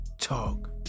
talk